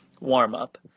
warm-up